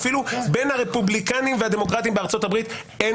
אפילו בין הרפובליקנים והדמוקרטים בארצות-הברית אין